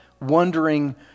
wondering